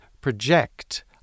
project